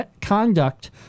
conduct